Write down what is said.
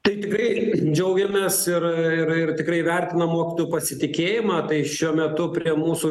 tai tikrai džiaugiamės ir ir ir tikrai vertinam mokytojų pasitikėjimą tai šiuo metu prie mūsų